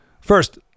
First